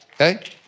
okay